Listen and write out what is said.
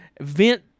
vent